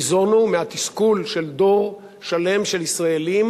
ניזונו מהתסכול של דור שלם של ישראלים